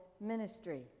ministry